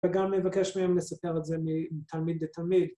‫וגם מבקש מהם לספר את זה ‫מתלמיד לתלמיד.